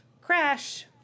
Crash